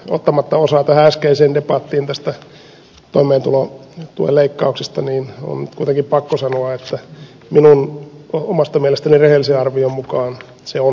ottamatta osaa äskeiseen debattiin toimeentulotuen leikkauksesta on kuitenkin pakko sanoa että omasta mielestäni rehellisen arvion mukaan se on kohtuuton